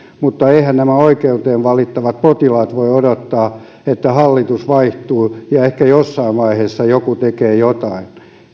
mutta eiväthän nämä oikeuteen valittavat potilaat voi odottaa että hallitus vaihtuu ja ehkä jossain vaiheessa joku tekee jotain